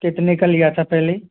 कितने का लिया था पहले